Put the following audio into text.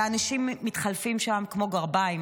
ואנשים מתחלפים שם כמו גרביים.